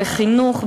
בחינוך,